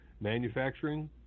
Manufacturing